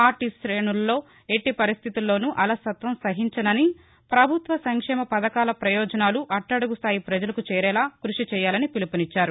party శేణులలో ఎట్టి పరిస్థితుల్లోనూ అలసత్వం సహించనని పభుత్వ సంక్షేమ పథకాల పయోజనాలు అట్టడుగు స్టాయి ప్రజలకు చేరేలా కృషి చేయాలని పిలుపునిచ్చారు